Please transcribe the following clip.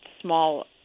small